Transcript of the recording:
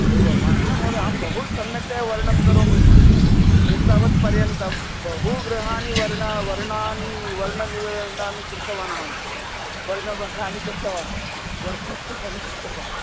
एवंम् न महोदय अहं बहु सम्यक्तया वर्णं करोमि एतावत् पर्यन्तं बहुगृहाणि वर्णः वर्णानि वर्णानि कृतवान् अहं वर्णपटानि कृतवान् वर्णपटानि कृतवान्